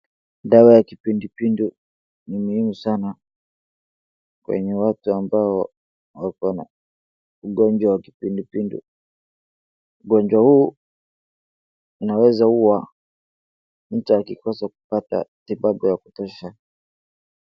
Dawa ya kipindupindu ni muhimu sana kwenye watu ambao wako na ugonjwa ya kipindupindu, ugonjwa huu inawezaua mtu akikosa kupata matibabu ya kutosha.